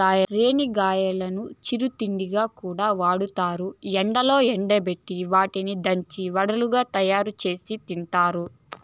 రేణిగాయాలను చిరు తిండిగా కూడా అమ్ముతారు, ఎండలో ఎండబెట్టి వాటిని దంచి వడలుగా తయారుచేసి తింటారు